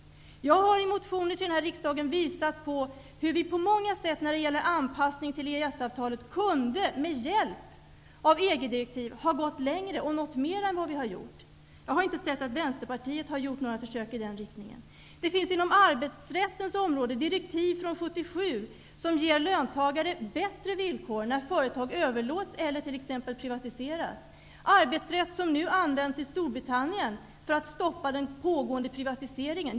Jag har i motioner till riksdagen visat hur vi på många sätt när det gäller anpassning till EES-avtalet, med hjälp av EG-direktiv, har kunnat gå längre och kunnat göra något mer än vad vi har gjort. Jag har inte sett att Vänsterpartiet har gjort några försök i den riktningen. Det finns inom arbetsrättens område direktiv från 1977 som ger löntagare bättre villkor när företag överlåts eller t.ex. privatiseras. Det är arbetsrätt som nu används i Storbritannien för att stoppa den pågående privatiseringen.